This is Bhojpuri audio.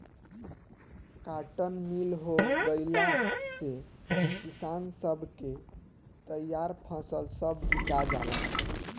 काटन मिल हो गईला से किसान सब के तईयार फसल सब बिका जाला